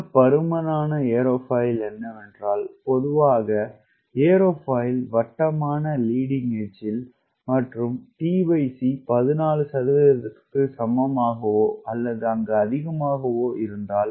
மிக பருமன் ஏரோஃபாயில் என்னவென்றால் பொதுவாக ஏரோஃபாயில் வட்டமான லீடிங் எட்ஜ்ல் மற்றும் t c 14 சதவீதத்திற்கு சமம் அல்லது அதிகமானது